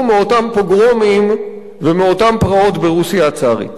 מאותם פוגרומים ומאותן פרעות ברוסיה הצארית.